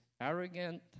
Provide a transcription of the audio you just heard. arrogant